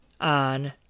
on